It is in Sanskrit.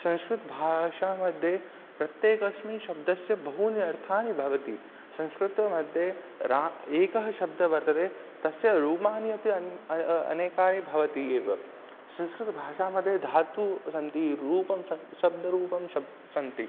संस्कृतभाषामध्ये प्रत्येकस्मिन् शब्दस्य बहूनि अर्थानि भवति संस्कृतमध्ये रा एकः शब्दः वर्तते तस्य रूपाणि अपि अनेकानि भवन्ति एव संस्कृतभाषामध्ये धातुः सन्ति रूपं स शब्दरूपं शब्दाः सन्ति